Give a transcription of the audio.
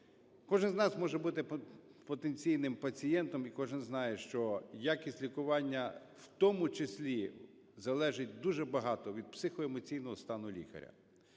Кожен із нас може бути потенційний пацієнтом, і кожен знає, що якість лікування в тому числі залежить дуже багато від психоемоційного стану лікаря.